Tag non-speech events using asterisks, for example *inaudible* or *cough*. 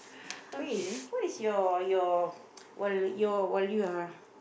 okay what is your your *noise* while your while you are